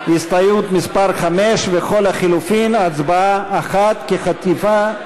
הסתייגות מס' 5 וכל לחלופין הצבעה אחת כחטיבה,